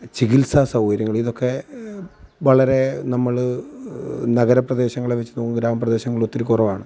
ചികിത്സാ സൗകര്യങ്ങളിതൊക്കെ വളരെ നമ്മൾ നഗരപ്രദേശങ്ങളെ വെച്ച് നോക്കുമ്പോൾ ഗ്രാമപ്രദേശങ്ങളൊത്തിരി കുറവാണ്